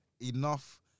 enough